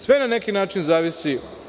Sve na neki način zavisi.